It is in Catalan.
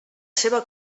seva